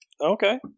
Okay